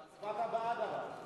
הצבעת בעד, אבל.